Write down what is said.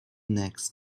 next